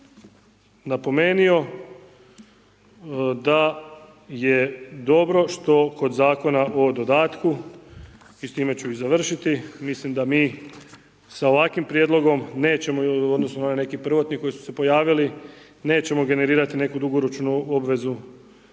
sam već napomenio da je dobro što kod zakona o dodatku i s time ću i završiti, mislim da mi s ovakvim prijedlogom nećemo odnosno neki prvotni koji su se pojavili nećemo generirati neku dugoročnu obvezu,